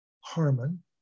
Harmon